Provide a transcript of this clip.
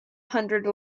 hundred